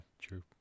true